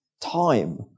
time